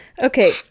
Okay